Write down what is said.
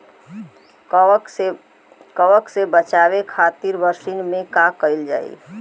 कवक से बचावे खातिन बरसीन मे का करल जाई?